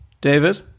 David